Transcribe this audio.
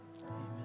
amen